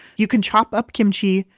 you can chop up kimchi,